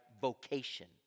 vocation